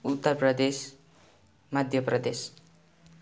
Uttar Pradesh Madhya Pradesh